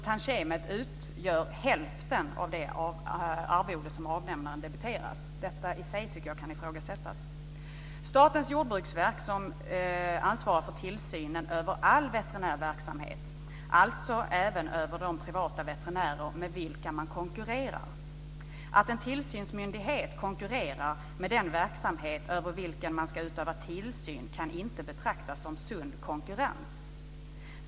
Tantiemet utgör hälften av det arvode som avnämaren debiteras. Detta i sig tycker jag kan ifrågasättas. Statens jordbruksverk ansvarar för tillsyn över all veterinär verksamhet, alltså även över de privata veterinärer med vilka man konkurrerar. Att en tillsynsmyndighet konkurrerar med den verksamhet över vilken man ska utöva tillsyn kan inte betraktas som sund konkurrens.